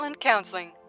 Counseling